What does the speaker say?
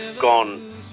gone